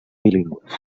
bilingües